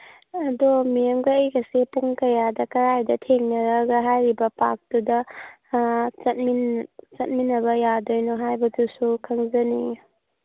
ꯑꯗꯣ ꯃꯦꯝꯒ ꯑꯩꯒꯁꯤ ꯄꯨꯡ ꯀꯌꯥꯗ ꯀꯗꯥꯏꯗ ꯊꯦꯡꯅꯔꯒ ꯍꯥꯏꯔꯤꯕ ꯄꯥꯛꯇꯨꯗ ꯆꯠꯃꯤꯟꯅꯕ ꯌꯥꯗꯣꯏꯅꯣ ꯍꯥꯏꯕꯗꯨꯁꯨ ꯈꯪꯖꯅꯤꯡꯏ